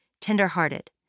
Tenderhearted